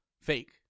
Fake